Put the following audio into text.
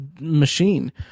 machine